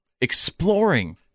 exploring